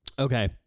Okay